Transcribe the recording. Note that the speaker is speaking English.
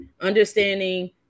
understanding